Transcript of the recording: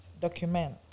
document